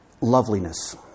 loveliness